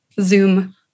Zoom